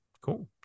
Cool